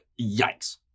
Yikes